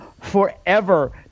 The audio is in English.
forever